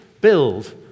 build